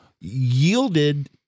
yielded